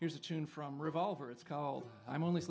here's a tune from revolver it's called i'm only